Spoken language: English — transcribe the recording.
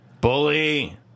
Bully